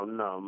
no